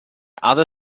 other